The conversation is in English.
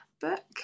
book